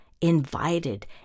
invited